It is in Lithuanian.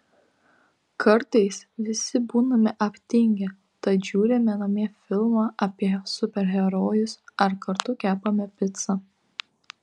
kartais visi būname aptingę tad žiūrime namie filmą apie super herojus ar kartu kepame picą